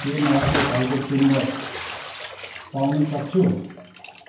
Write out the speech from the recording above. के म अर्को खालको चुम्बक पाउन सक्छु